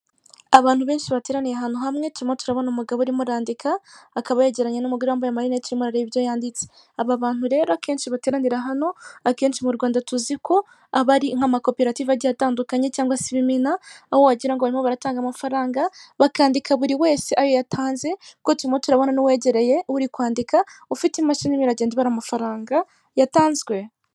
Abantu benshi bateraniye ahantu hamwe, turimo turabona umugabo urimo urandika akaba yegeranye n'umugore wambaye amarinete urimo arareba ibyo yanditse, aba bantu rero akenshi bateranira hano, akenshi mu Rwanda tuzi ko aba ari nk'amakoperative agiye atandukanye cyangwa se ibimina aho wagirango barimo baratanga amafaranga bakandika buri wese ayo yatanze, ko turimo turabona n'uwegereye uri kwandika ufite imashini irimo iragenda ibara amafaranga yatanzwe.